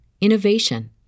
innovation